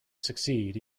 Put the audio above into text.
succeed